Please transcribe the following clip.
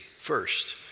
First